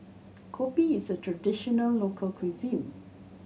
Kopi is a traditional local cuisine